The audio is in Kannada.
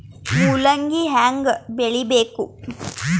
ಮೂಲಂಗಿ ಹ್ಯಾಂಗ ಬೆಳಿಬೇಕು?